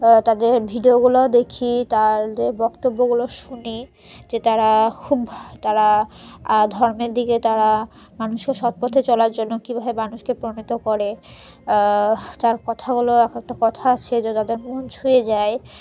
তাদের ভিডিওগুলোও দেখি তাদের বক্তব্যগুলো শুনি যে তারা খুব তারা ধর্মের দিকে তারা মানুষকে সৎ পথে চলার জন্য কীভাবে মানুষকে প্রণীত করে তার কথাগুলো এক একটা কথা আছে যে তাদের মন ছুঁয়ে যায়